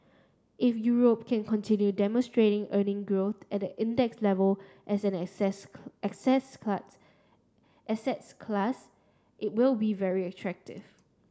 if Europe can continue demonstrating earning growth at index level as an asset asset cat asset class it will be very attractive